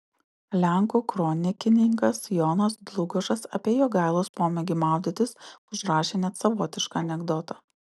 lenkų kronikininkas jonas dlugošas apie jogailos pomėgį maudytis užrašė net savotišką anekdotą